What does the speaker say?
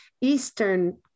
eastern